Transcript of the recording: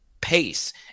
pace